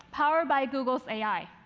powered by google's ai.